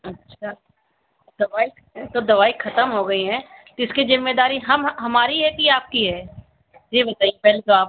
अच्छा दवाई तो दवाई खत्म हो गई है तो इसकी जिम्मेदारी हम हमारी है कि आपकी है यह बताइए पहले तो आप